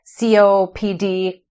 COPD